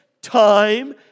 Time